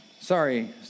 Sorry